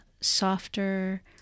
softer